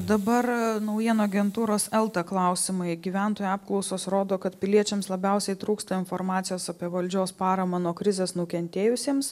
dabar naujienų agentūros elta klausimai gyventojų apklausos rodo kad piliečiams labiausiai trūksta informacijos apie valdžios paramą nuo krizės nukentėjusiems